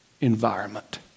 environment